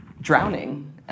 drowning